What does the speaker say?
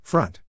Front